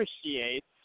appreciates